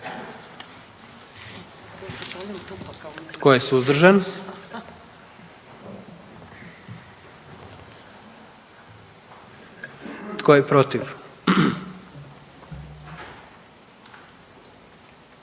Tko je suzdržan? I tko je protiv?